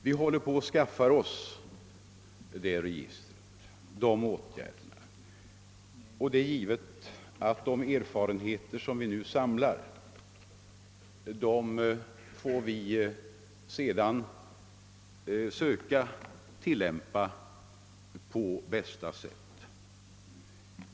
Vi håller nu på med att skaffa oss detta register, och det är givet att vi sedan på bästa sätt bör tillämpa de erfarenheter som vi nu samlar.